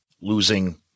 Losing